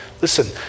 Listen